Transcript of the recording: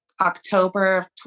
October